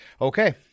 Okay